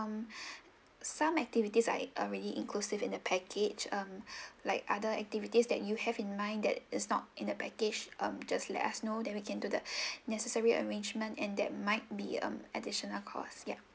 um some activities I already inclusive in the package um like other activities that you have in mind that is not in a package um just let us know then we can do the necessary arrangement and that might be um additional cost yup